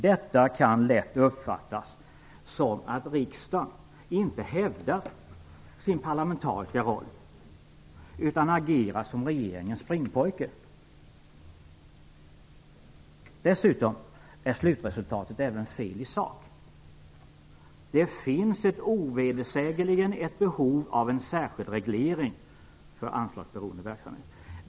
Detta kan lätt uppfattas som att riksdagen inte hävdar sin parlamentariska roll utan agerar som regeringens springpojke. Dessutom är slutresultatet även fel i sak. Det finns ovedersägligen ett behov av en särskild reglering för anslagsberoende verksamhet.